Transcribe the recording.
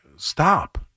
Stop